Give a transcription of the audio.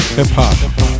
hip-hop